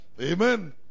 Amen